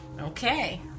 Okay